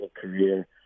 career